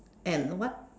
and what